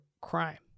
crime